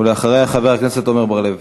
אחריה, חבר הכנסת עמר בר-לב.